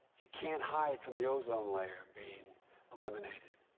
you can't hide from the ozone layer being eliminated.